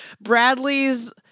Bradley's